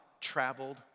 traveled